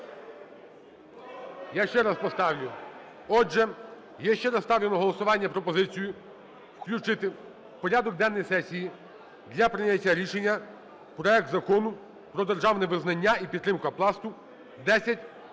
Я ще раз поставлю. Отже, я ще раз ставлю на голосування пропозицію включити в порядок денний сесії для прийняття рішення проект Закону про державне визнання і підтримку Пласту (10184).